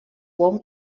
buon